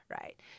right